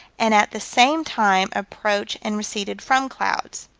and at the same time approached and receded from clouds.